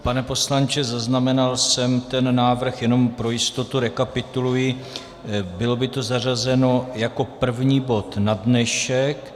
Pane poslanče, zaznamenal jsem ten návrh, jenom pro jistotu rekapituluji: Bylo by to zařazeno jako první bod na dnešek.